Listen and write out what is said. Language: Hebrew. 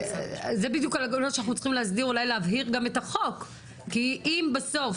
זה בדיוק הדברים שאנחנו צריכים להסדיר וגם להבהיר את החוק כי אם בסוף,